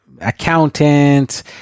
accountant